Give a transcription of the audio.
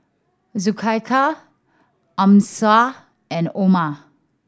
Zulaikha Amsyar and Omar